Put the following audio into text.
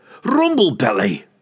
Rumblebelly